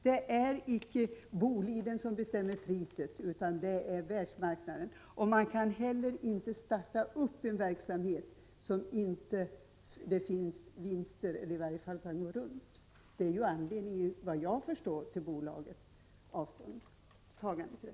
Det är icke Boliden som bestämmer priset utan det är världsmarknaden, och man kan inte heller starta en verksamhet som inte går med vinst eller i varje fall går runt. Det är vad jag förstår anledningen till att bolaget avstår från att göra det.